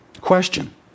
Question